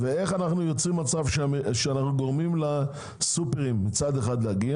איך אנחנו יוצרים מצב שאנחנו גורמים לסופרים ולמכולות